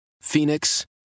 Phoenix